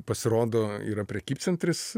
pasirodo yra prekybcentris